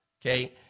okay